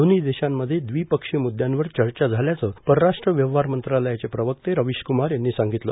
दोन्ही देशांमध्ये द्विपक्षीय मुद्यांवर चर्चा झाल्याचं परराष्ट्र व्यवहार मंत्रालयाचे प्रवक्ते रविशकुमार यांनी सांगितलं